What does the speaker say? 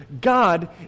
God